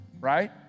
right